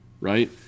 Right